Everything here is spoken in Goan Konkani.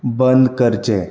बदं करचें